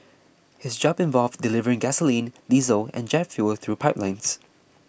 his job involved delivering gasoline diesel and jet fuel through pipelines